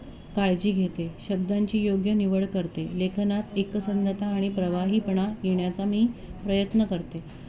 काळजी घेते शब्दांची योग्य निवड करते लेखनात एकसंधता आणि प्रवाहीपणा येण्याचा मी प्रयत्न करते